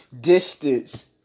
distance